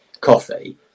coffee